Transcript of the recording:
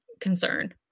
concern